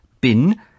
bin